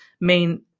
main